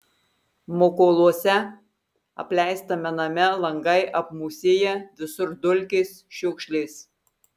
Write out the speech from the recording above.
mokoluose apleistame name langai apmūsiję visur dulkės šiukšlės